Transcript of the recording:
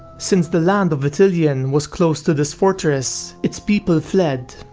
since the land of ithilien was close to this fortress, its people fled,